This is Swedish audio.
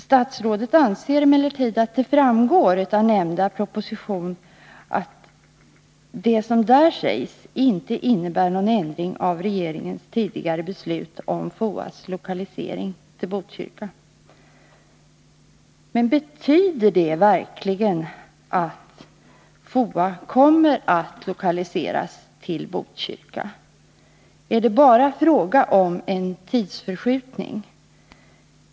Statsrådet anser emellertid att det framgår av nämnda proposition att vad som där sägs inte innebär någon ändring av regeringens tidigare beslut om FOA:s lokalisering till Botkyrka. Men betyder det verkligen att FOA kommer att lokaliseras till Botkyrka? Är det bara fråga om en tidsförskjutning?